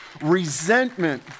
Resentment